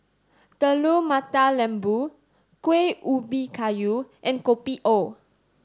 Telur Mata Lembu Kueh Ubi Kayu and Kopi O